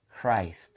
Christ